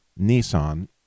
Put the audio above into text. Nissan